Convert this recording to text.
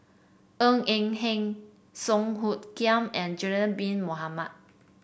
Ng Eng Hen Song Hoot Kiam and Zulkifli Bin Mohamed